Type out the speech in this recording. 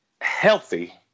healthy